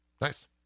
Nice